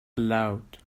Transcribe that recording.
aloud